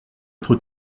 être